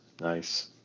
Nice